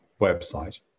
website